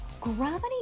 Gravity